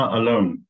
alone